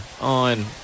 on –